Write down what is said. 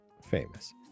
famous